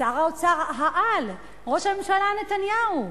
שר האוצר-על, ראש הממשלה נתניהו,